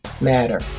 matter